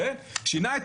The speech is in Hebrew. ושינה את